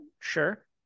sure